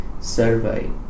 survey